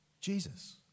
Jesus